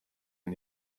and